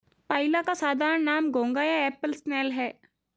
पाइला का साधारण नाम घोंघा या एप्पल स्नेल है